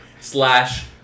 slash